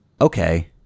okay